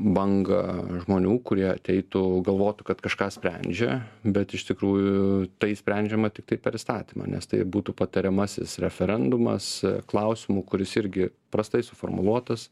bangą žmonių kurie ateitų galvotų kad kažką sprendžia bet iš tikrųjų tai sprendžiama tiktai per įstatymą nes tai būtų patariamasis referendumas klausimų kuris irgi prastai suformuluotas